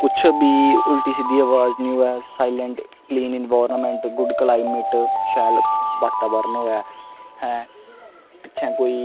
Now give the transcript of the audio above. कुछ बी उल्टी सिद्धी अवाज नेईं होवे silent clean environment good climate शैल बातावरण होऐ ऐं पिच्छें कोई